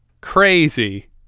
Crazy